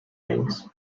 things